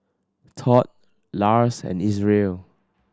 Tod Lars and Isreal